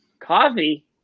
Coffee